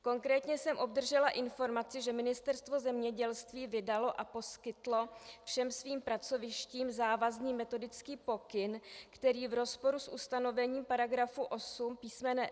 Konkrétně jsem obdržela informaci, že Ministerstvo zemědělství vydalo a poskytlo všem svým pracovištím závazný metodický pokyn, který v rozporu s ustanovením § 8 písm.